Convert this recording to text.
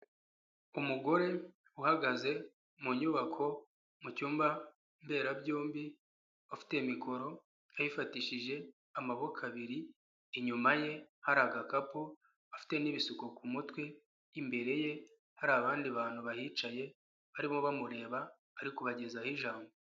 Umugore uhagaze mu nyubako mu cyumba mberabyombi afite mikoro ayifatishije amaboko abiri, inyuma ye hari agakapu afite n'ibisuko ku mutwe, imbere ye hari abandi bantu bahicaye barimo bamureba ari kubagezaho ijambo.